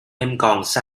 còn